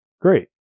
Great